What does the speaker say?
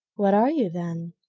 what are you, then?